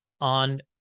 on